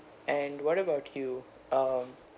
and what about you um